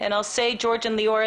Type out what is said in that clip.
ג'ורג' וליאורה,